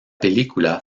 película